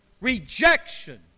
rejection